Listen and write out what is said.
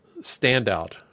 standout